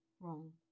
wrong